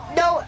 no